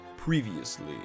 Previously